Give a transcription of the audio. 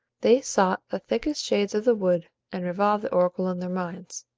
they sought the thickest shades of the wood, and revolved the oracle in their minds.